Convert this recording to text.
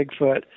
Bigfoot